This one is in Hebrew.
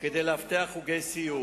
שקיבלו כדי לאבטח בהתנדבות חוגי סיור.